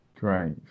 Great